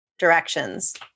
Directions